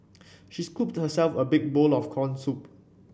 she scooped herself a big bowl of corn soup